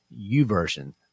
uversion